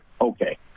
Okay